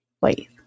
wait